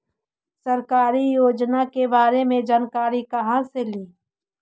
सरकारी योजना के बारे मे जानकारी कहा से ली?